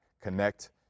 connect